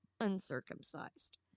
uncircumcised